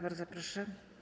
Bardzo proszę.